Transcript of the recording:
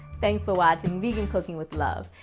thanks for watching vegan cooking with love!